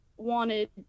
wanted